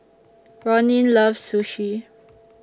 Ronin loves Sushi